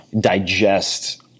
digest